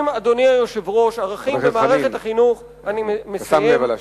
חבר הכנסת חנין, סיים בבקשה.